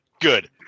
Good